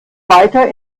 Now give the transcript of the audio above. weiter